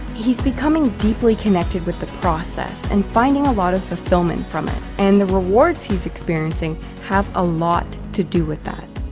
he's becoming deeply connected with the process, and finding a lot of fulfillment from it. and the rewards he's experiencing have a lot to do with that.